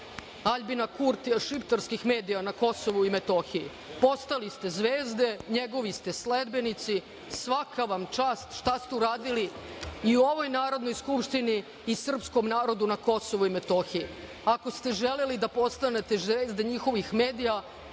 Aljbina Kurtija, šiptarskih medija na Kosovu i Metohiji. Postali ste zvezde, njegovi ste sledbenici, svaka vam čast šta ste uradili i ovoj Narodnoj skupštini i srpskom narodu na Kosovu i Metohiji. Ako ste želeli da postanete zvezde njihovih medija,